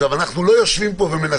עכשיו, אנחנו לא יושבים פה ומנסחים,